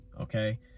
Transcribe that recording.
okay